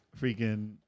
freaking